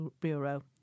Bureau